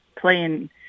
playing